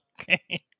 Okay